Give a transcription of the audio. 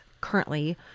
currently